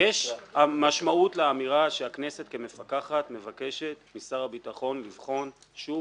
יש משמעות לאמירה שהכנסת כמפקחת מבקשת משר הביטחון לבחון שוב,